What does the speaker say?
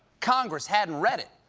congress hadn't read it,